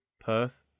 Perth